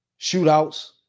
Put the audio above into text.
shootouts